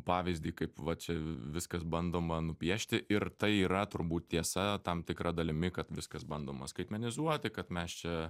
pavyzdį kaip va čia viskas bandoma nupiešti ir tai yra turbūt tiesa tam tikra dalimi kad viskas bandoma skaitmenizuoti kad mes čia